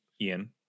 Ian